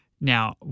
Now